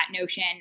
notion